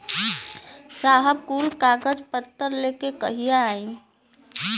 साहब कुल कागज पतर लेके कहिया आई?